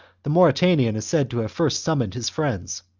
the mauritanian is said to have first summoned his friends,